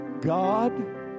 God